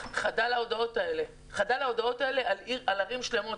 שחדל ההודעות האלה על ערים שלמות.